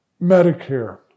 Medicare